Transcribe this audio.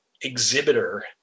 exhibitor